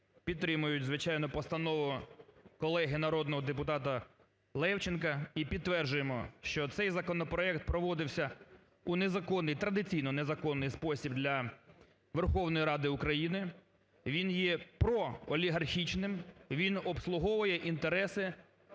підтримують, звичайно, постанову колеги народного депутата Левченка і підтверджуємо, що цей законопроект проводився у незаконний, традиційно, незаконний спосіб для Верховної Ради України. Він є проолігархічним, він обслуговує інтереси